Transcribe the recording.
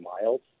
miles